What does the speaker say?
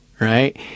right